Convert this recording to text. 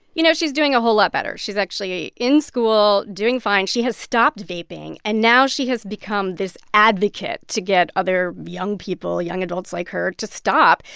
you know, she's doing a whole lot better. she's actually in school doing fine. she has stopped vaping. and now she has become this advocate to get other young people, young adults like her, to stop.